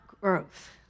growth